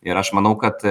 ir aš manau kad